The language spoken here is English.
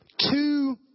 two